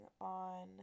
on